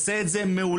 עושה את זה מעולה,